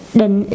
định